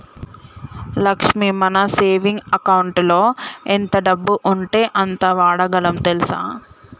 లక్ష్మి మన సేవింగ్ అకౌంటులో ఎంత డబ్బు ఉంటే అంత వాడగలం తెల్సా